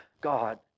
God